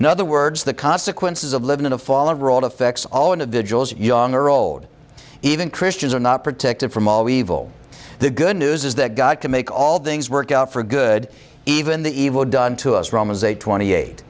in other words the consequences of living in a fallen world affects all individuals young or old even christians are not protected from all we evil the good news is that god can make all things work out for good even the evil done to us romans eight twenty eight